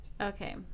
Okay